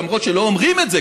למרות שלא אומרים את זה,